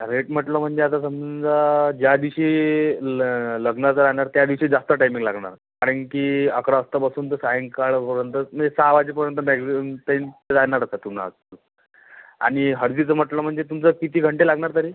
rate म्हटलं म्हणजे आता समजा ज्या दिवशी ल लग्नाचं राहणार त्या दिवशी जास्त टाइमिंग लागणार कारण की अकरा वाजता बसून ते सायंकाळ पर्यंत नाही सहा वाजेपर्यंत मॅक्झिमम टाईम राहणारच तर तुम्हाला आणि हळदीचं म्हटलं म्हणजे तुमचं किती घंटे लागणार तरी